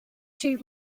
too